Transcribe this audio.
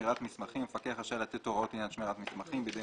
85.שמירת מסמכים המפקח רשאי לתת הוראות לעניין שמירת מסמכים בידי